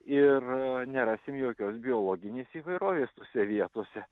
ir nerasim jokios biologinės įvairovės tose vietose